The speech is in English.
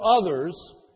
others